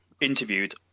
interviewed